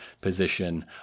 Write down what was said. position